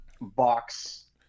box